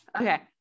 okay